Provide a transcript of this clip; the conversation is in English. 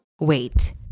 Wait